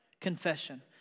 Confession